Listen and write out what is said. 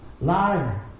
Liar